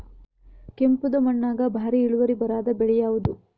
ಕೆಂಪುದ ಮಣ್ಣಾಗ ಭಾರಿ ಇಳುವರಿ ಬರಾದ ಬೆಳಿ ಯಾವುದು?